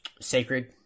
Sacred